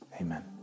Amen